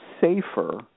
safer